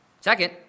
Second